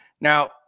Now